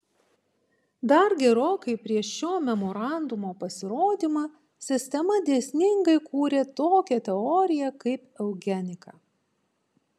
dar gerokai prieš šio memorandumo pasirodymą sistema dėsningai kūrė tokią teoriją kaip eugenika